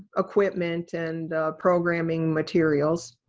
equipment and programming materials.